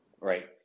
Right